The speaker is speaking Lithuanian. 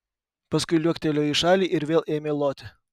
paskui liuoktelėjo į šalį ir vėl ėmė loti